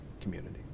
community